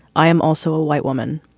i am also a white woman.